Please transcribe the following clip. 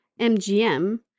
MGM